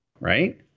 right